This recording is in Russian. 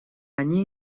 они